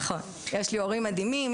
נכון, יש לי הורים מדהימים.